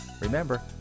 Remember